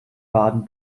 baden